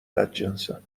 بدجنسم